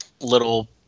little